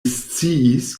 sciis